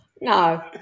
No